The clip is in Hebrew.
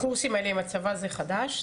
הקורסים האלה עם הצבא זה חדש?